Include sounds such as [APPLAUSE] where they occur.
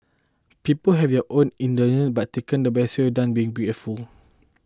people have their own [UNINTELLIGIBLE] by taken their best [UNINTELLIGIBLE] done been [UNINTELLIGIBLE]